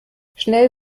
schnell